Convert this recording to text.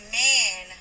man